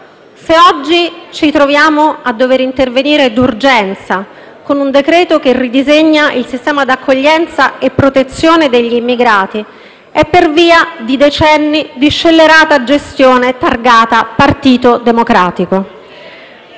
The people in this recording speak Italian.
Se oggi ci troviamo a dover intervenire d'urgenza con un decreto-legge che ridisegna il sistema di accoglienza e protezione degli immigrati, è per via di decenni di scellerata gestione targata Partito Democratico.